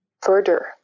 further